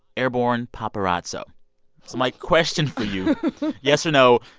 airborne paparazzo. so my question for you yes or no,